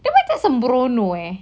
dia macam semberono eh